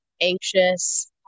anxious